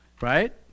Right